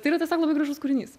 tai yra tiesiog labai gražus kūrinys